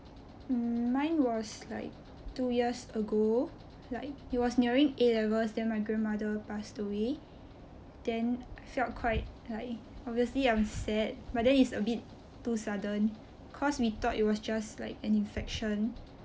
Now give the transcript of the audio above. mm mine was like two years ago like it was nearing A-levels then my grandmother passed away then I felt quite like obviously I'm sad but then it's a bit too sudden cause we thought it was just like an infection